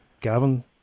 Gavin